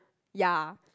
ya